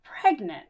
pregnant